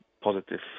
positive